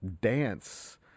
dance